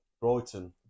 Brighton